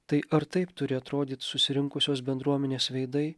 tai ar taip turi atrodyt susirinkusios bendruomenės veidai